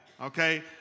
Okay